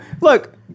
look